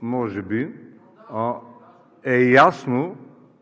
Може би. Ясно е,